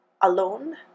alone